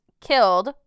killed